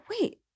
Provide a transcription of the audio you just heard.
wait